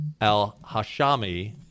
al-Hashami